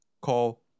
call